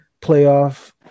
playoff